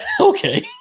okay